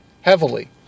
heavily